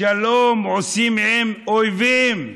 שלום עושים עם אויבים,